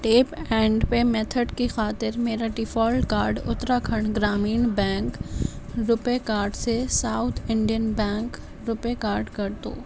tape and pay method کی خاطر میرا default card Uttarakhand Gramin Bank RuPay card سے South Indian Bank RuPay card کر دو